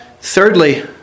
thirdly